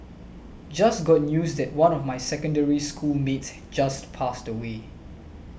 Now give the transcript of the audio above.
just got news that one of my Secondary School mates just passed away